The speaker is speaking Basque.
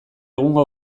egungo